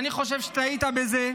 אני חושב שטעית בזה.